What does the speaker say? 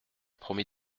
promis